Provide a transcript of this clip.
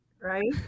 right